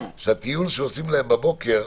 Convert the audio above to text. שהטיול שעושים להם בבוקר,